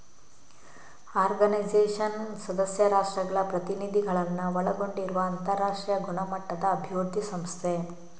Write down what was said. organisation ಸದಸ್ಯ ರಾಷ್ಟ್ರಗಳ ಪ್ರತಿನಿಧಿಗಳನ್ನ ಒಳಗೊಂಡಿರುವ ಅಂತರಾಷ್ಟ್ರೀಯ ಗುಣಮಟ್ಟದ ಅಭಿವೃದ್ಧಿ ಸಂಸ್ಥೆ